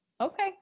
okay